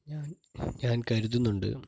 ഞാൻ ഞാൻ കരുതുന്നുണ്ട്